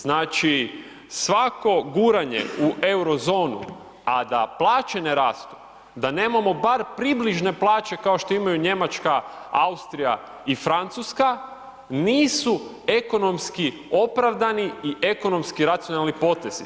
Znači svako guranje u euro zonu, a da plaće ne rastu, da nemamo bar približne plaće kao što imaju Njemačka, Austrija i Francuska nisu ekonomski opravdani i ekonomski racionalni potezi.